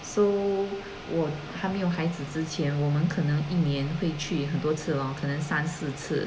so 我还没有孩子之前我们可能一年会去很多次 lor 可能三四次